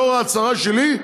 לאור ההצהרה שלי,